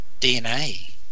DNA